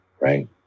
right